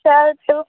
shirt